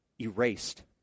Erased